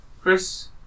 Chris